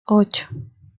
ocho